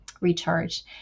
recharge